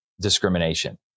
discrimination